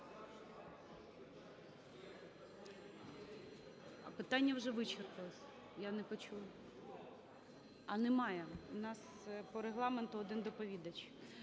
Питання вже вичерпано. Я не почула. А, немає… у нас по Регламенту один доповідач.